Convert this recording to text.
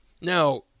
Now